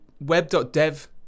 web.dev